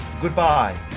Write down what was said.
Goodbye